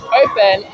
open